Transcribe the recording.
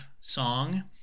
Song